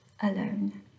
alone